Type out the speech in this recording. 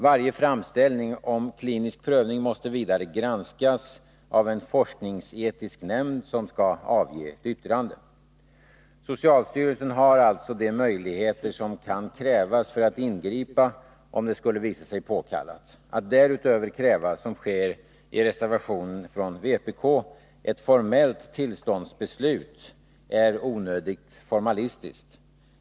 Varje framställning om klinisk prövning måste vidare granskas av en forskningsetisk nämnd, som skall avge ett yttrande. Socialstyrelsen har alltså de möjligheter som kan krävas för att ingripa om det skulle visa sig påkallat. Att därutöver kräva — så som sker i reservationen från vpk — ett formellt tillståndsbeslut är onödigt formalistiskt.